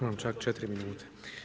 Imam čak 4 minute.